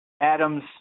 Adams